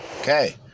Okay